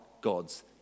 God's